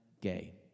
gay